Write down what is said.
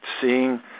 seeing